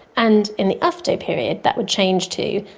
and in the ufto period that would change too,